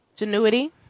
Genuity